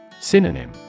Synonym